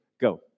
go